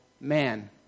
man